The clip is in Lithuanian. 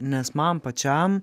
nes man pačiam